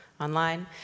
online